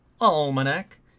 Almanac